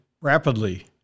rapidly